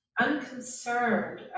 unconcerned